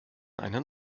einen